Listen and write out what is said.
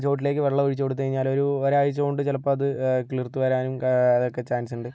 ചുവട്ടിലേക്ക് വെള്ളം ഒഴിച്ച് കൊടുത്ത് കഴിഞ്ഞാൽ ഒരു ഒരാഴ്ചകൊണ്ട് ചിലപ്പോൾ അത് കിളിർത്തു വരാനും അതൊക്കെ ചാൻസുണ്ട്